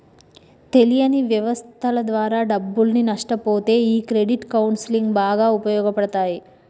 తెలియని వ్యవస్థల ద్వారా డబ్బుల్ని నష్టపొతే ఈ క్రెడిట్ కౌన్సిలింగ్ బాగా ఉపయోగపడతాయి